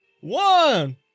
One